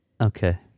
Okay